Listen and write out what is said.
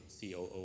COO